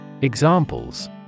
Examples